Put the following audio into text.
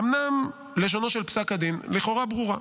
אומנם לשונו של פסק הדין לכאורה ברור,